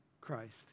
Christ